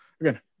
again